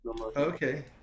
Okay